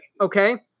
okay